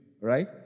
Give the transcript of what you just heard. right